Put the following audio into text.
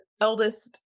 eldest